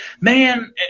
man